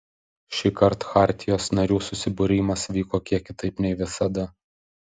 šįkart chartijos narių susibūrimas vyko kiek kitaip nei visada